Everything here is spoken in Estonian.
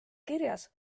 kirjas